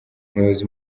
umuyobozi